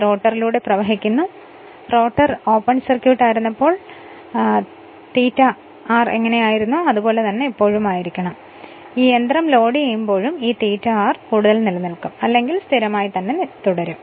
ഇപ്പോൾ മെഷീൻ ലോഡുചെയ്യുമ്പോഴും റോട്ടർ തുറന്ന സർക്യൂട്ട് ആകുമ്പോൾ ∅r സമാനമായിരിക്കണം ഈ ∅r കൂടുതൽ നിലനിൽക്കും അല്ലെങ്കിൽ സ്ഥിരമായിരിക്കും